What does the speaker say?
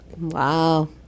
Wow